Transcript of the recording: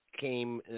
came –